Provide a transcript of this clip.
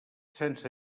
sense